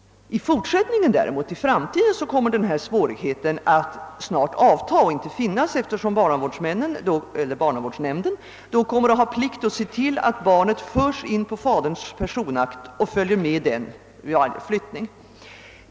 I fortsättningen kommer denna svårighet inte att finnas, eftersom barnavårdsnämnden skall se till att barnet förs in på faderns personakt och följer med denna vid varje flyttning.